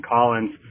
Collins